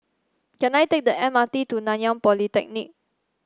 can I take the M R T to Nanyang Polytechnic